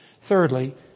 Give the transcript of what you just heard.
Thirdly